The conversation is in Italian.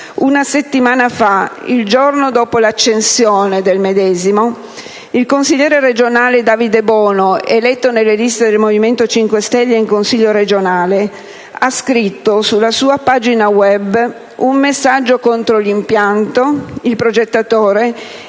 una settimana fa, il giorno dopo l'accensione del medesimo, il consigliere regionale Davide Bono, eletto nelle liste del Movimento 5 Stelle in Consiglio regionale, ha scritto sulla sua pagina *web* un messaggio contro l'impianto, il progettatore